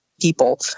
people